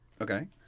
Okay